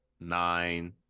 nine